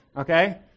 okay